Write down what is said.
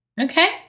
Okay